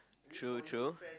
true true